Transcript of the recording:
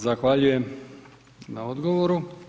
Zahvaljujem na odgovoru.